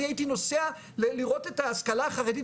אני הייתי נוסע לראות את ההשכלה החרדית